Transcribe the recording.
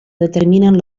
determinen